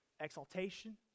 exaltation